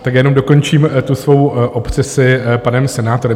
Tak já jenom dokončím tu svou obsesi panem senátorem.